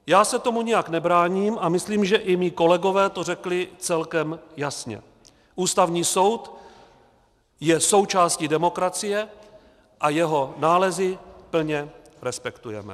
Já se tomu nijak nebráním a myslím, že i mí kolegové to řekli celkem jasně Ústavní soud je součástí demokracie a jeho nálezy plně respektujeme.